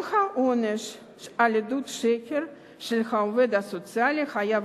גם העונש על עדות שקר של העובד הסוציאלי חייב